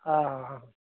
आं हां